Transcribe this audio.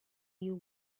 you